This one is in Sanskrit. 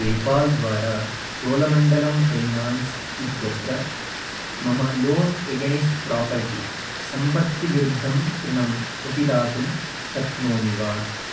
पेपाल् द्वारा चोलमण्डलं फ़ैनान्स् इत्यत्र मम लोन् एगेनेस्ड् प्रापर्टि सम्पत्तिविरुद्धं ऋणं प्रतिदातुं शक्नोमि वा